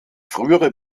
frühere